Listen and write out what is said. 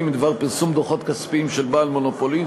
בדבר פרסום דוחות כספיים של בעל מונופולין,